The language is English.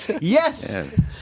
Yes